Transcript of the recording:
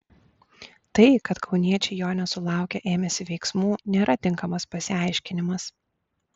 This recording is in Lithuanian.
tai kad kauniečiai jo nesulaukę ėmėsi veiksmų nėra tinkamas pasiaiškinimas